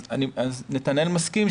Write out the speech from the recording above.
אז מענקים,